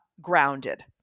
grounded